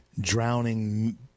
drowning